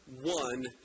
one